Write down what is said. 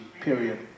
period